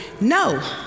No